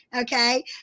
okay